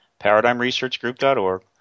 ParadigmResearchGroup.org